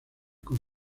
con